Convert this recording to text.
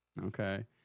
Okay